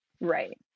right